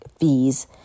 fees